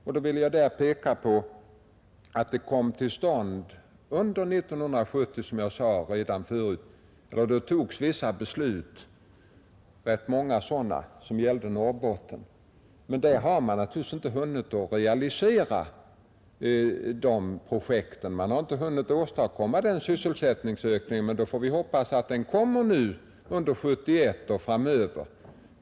Jag vill peka på att det under 1970, som jag sade redan förut, togs rätt många beslut som gällde Norrbotten. Naturligtvis har man inte hunnit helt realisera projekten och åstadkomma den avsedda sysselsättningsökningen, men vi får hoppas att den kommer under 1971 och framöver.